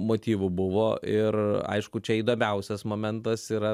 motyvų buvo ir aišku čia įdomiausias momentas yra